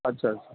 अच्छा अच्छा